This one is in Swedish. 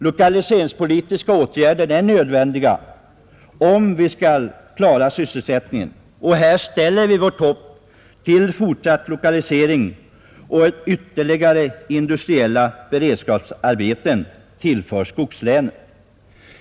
Lokaliseringspolitiska åtgärder är nödvändiga om vi skall klara sysselsättningen, Vi sätter vårt hopp till en fortsatt lokalisering och till att ytterligare industriella beredskapsarbeten tillförs skogslänen.